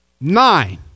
Nine